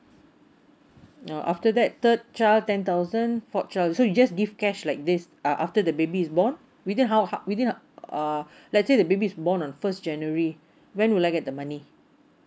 uh after that third child ten thousand fourth child so you just give cash like this uh after the baby is born within how within uh let's say the baby is born on first january when will like get the money